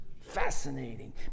Fascinating